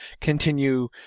continue